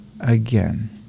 again